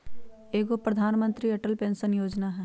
एगो प्रधानमंत्री अटल पेंसन योजना है?